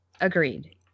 agreed